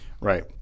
Right